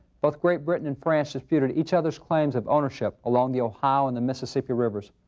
both great britain and france disputed each other's claims of ownership along the ohio and the mississippi rivers.